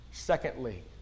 Secondly